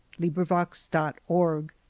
LibriVox.org